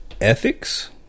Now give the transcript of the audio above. ethics